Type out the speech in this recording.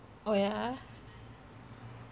oh ya